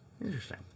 Interesting